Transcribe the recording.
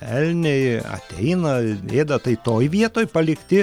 elniai ateina ėda tai toje vietoj palikti